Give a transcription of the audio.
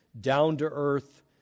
down-to-earth